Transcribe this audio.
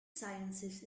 sciences